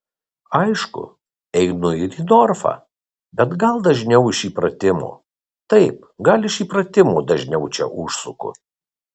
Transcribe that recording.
aišku einu ir į norfą bet gal dažniau iš įpratimo taip gal iš įpratimo dažniau čia užsuku